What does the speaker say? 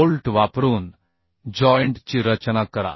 bolt वापरून joint ची रचना करा